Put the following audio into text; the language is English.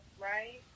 right